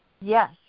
Yes